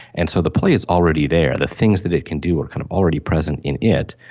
and so the play is already there, the things that it can do are kind of already present in it,